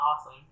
awesome